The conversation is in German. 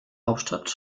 hauptstadt